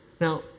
Now